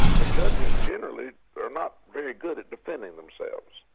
and judges generally are not very good at defending themselves.